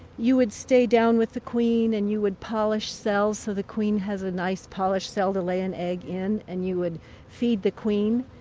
you would stay down with the queen. and you would polish cells so the queen has a nice polished cell to lay an egg in. and you would feed the queen.